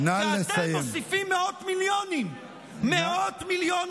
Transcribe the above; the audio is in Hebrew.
ואתם מוסיפים מאות מיליונים,